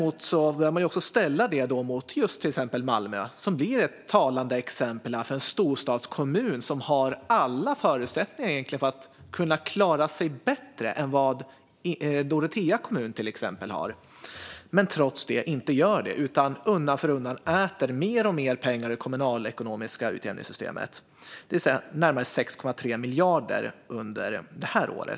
Dock behöver man ställa det mot just till exempel Malmö, som blir ett talande exempel på en storstadskommun som egentligen har alla förutsättningar att klara sig bättre än till exempel Dorotea kommun men som trots detta inte gör det utan undan för undan äter mer och mer pengar ur det kommunala ekonomiska utjämningssystemet - närmare 6,3 miljarder under det här året.